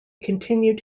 continued